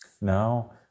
Now